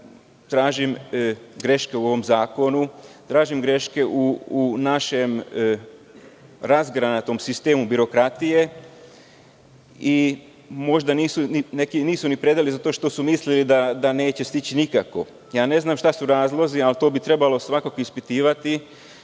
tražim greške u ovom zakonu, tražim greške u našem razgranatom sistemu birokratije i možda neki nisu ni predali zato što su mislili da neće stići nikako. Ne znam šta su razlozi, ali to bi trebalo ispitivati,